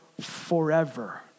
forever